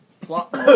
Plot